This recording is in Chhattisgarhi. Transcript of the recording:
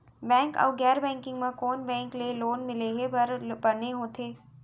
बैंक अऊ गैर बैंकिंग म कोन बैंक ले लोन लेहे बर बने होथे?